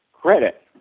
credit